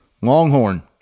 Longhorn